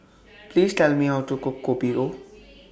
Please Tell Me How to Cook Kopi O